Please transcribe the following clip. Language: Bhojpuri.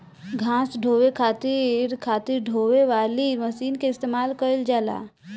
घास ढोवे खातिर खातिर ढोवे वाली मशीन के इस्तेमाल कइल जाला